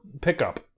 pickup